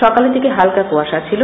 সকালের দিকে হালকা কুয়াশা ছিল